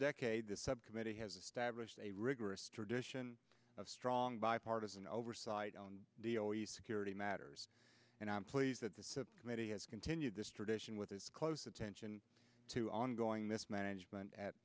decade this subcommittee has established a rigorous tradition of strong bipartisan oversight on the always security matters and i'm pleased that the committee has continued this tradition with its close attention to ongoing mismanagement at